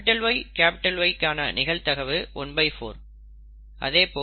YY கான நிகழ்தகவு 14